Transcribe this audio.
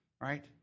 right